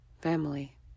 family